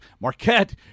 Marquette